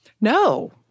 No